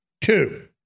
Two